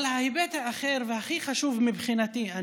אבל ההיבט האחר והכי חשוב מבחינתי שלי